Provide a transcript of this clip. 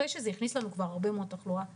אחרי שזה הכניס לנו כבר תחלואה רבה.